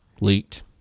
leaked